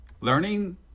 Learning